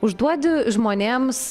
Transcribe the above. užduodi žmonėms